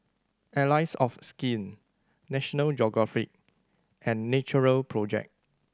Allies of Skin National Geographic and Natural Project